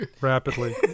rapidly